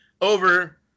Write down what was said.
over